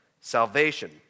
salvation